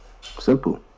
Simple